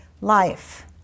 life